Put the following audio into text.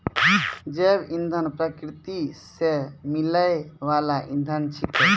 जैव इंधन प्रकृति सॅ मिलै वाल इंधन छेकै